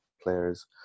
players